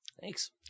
Thanks